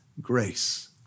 grace